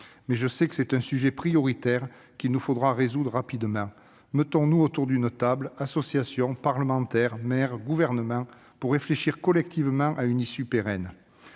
Je le sais, c'est un sujet prioritaire qu'il nous faudra résoudre rapidement. Mettons-nous autour d'une table- associations, parlementaires, maires, Gouvernement -, afin de réfléchir collectivement à une issue pérenne.